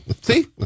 See